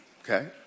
Okay